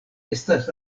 estas